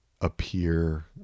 appear